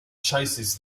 chases